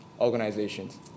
organizations